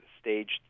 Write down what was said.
staged